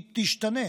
היא תשתנה